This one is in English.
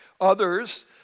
Others